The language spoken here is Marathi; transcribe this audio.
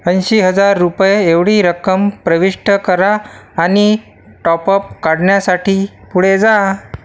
ऐंशी हजार रुपये एवढी रक्कम प्रविष्ट करा आणि टॉपअप काढण्यासाठी पुढे जा